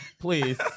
please